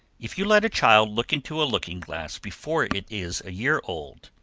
if you let a child look into a looking-glass before it is a year old,